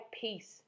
peace